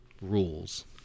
rules